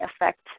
affect